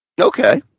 Okay